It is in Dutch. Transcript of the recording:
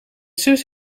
zus